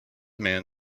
man